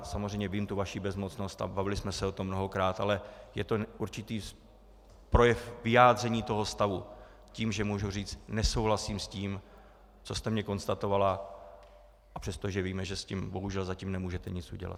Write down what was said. Samozřejmě vím o vaší bezmocnosti a bavili jsme se o tom mnohokrát, ale je to určitý projev vyjádření toho stavu tím, že můžu říct: Nesouhlasím s tím, co jste mi konstatovala, i přesto, že víme, že s tím bohužel zatím nemůžete nic udělat.